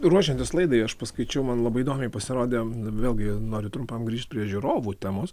ruošiantis laidai aš paskaičiau man labai įdomiai pasirodė vėlgi noriu trumpam grįžt prie žiūrovų temos